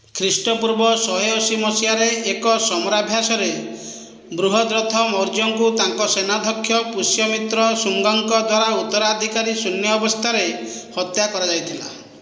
ଖ୍ରୀଷ୍ଟପୂର୍ବ ଶହେଅଶୀ ମସିହାରେ ଏକ ସମରାଭ୍ୟାସରେ ବୃହଦ୍ରଥ ମୌର୍ଯ୍ୟଙ୍କୁ ତାଙ୍କ ସେନାଧ୍ୟକ୍ଷ ପୁଷ୍ୟମିତ୍ର ଶୁଙ୍ଗଙ୍କ ଦ୍ଵାରା ଉତ୍ତରାଧିକାରୀଶୂନ୍ୟ ଅବସ୍ଥାରେ ହତ୍ୟା କରାଯାଇଥିଲା